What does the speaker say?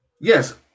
Yes